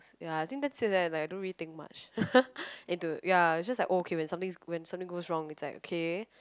ya I think that's it leh like I don't really think much into ya it's just like oh okay when something when something goes wrong it's like okay